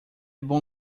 bom